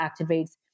activates